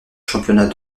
championnat